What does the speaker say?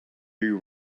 you